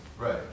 right